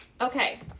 okay